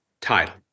title